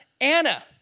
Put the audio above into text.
Anna